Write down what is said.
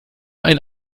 ein